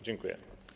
Dziękuję.